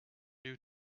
due